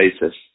basis